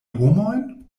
homojn